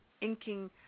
inking